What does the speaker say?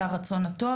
על הרצון הטוב.